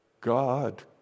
God